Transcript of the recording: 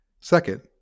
Second